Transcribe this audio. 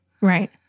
Right